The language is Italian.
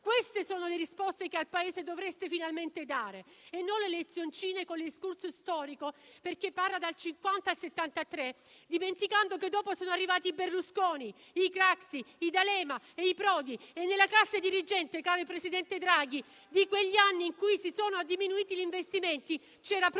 Queste sono le risposte che al Paese dovreste finalmente dare e non le lezioncine con l'*excursus* storico*,* che va dal 1950 al 1973, dimenticando che dopo sono arrivati i Berlusconi, i Craxi, i D'Alema e i Prodi e nella classe dirigente, caro presidente Draghi, di quegli anni in cui si sono diminuiti gli investimenti, c'era proprio